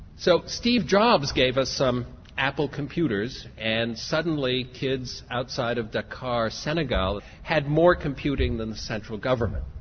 so steve jobs gave us some apple computers and suddenly kids outside of dakar, senegal had more computing than the central government.